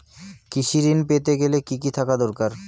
কৃষিঋণ পেতে গেলে কি কি থাকা দরকার?